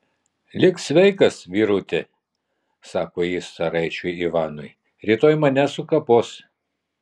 lik sveikas vyruti sako jis caraičiui ivanui rytoj mane sukapos